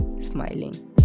smiling